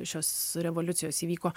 šios revoliucijos įvyko